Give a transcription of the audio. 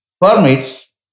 permits